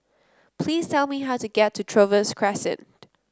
please tell me how to get to Trevose Crescent